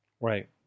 Right